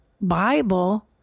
Bible